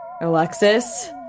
Alexis